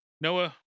Noah